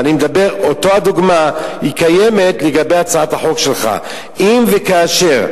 אותה דוגמה קיימת לגבי הצעת החוק שלך אם וכאשר